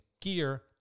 gear